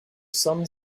some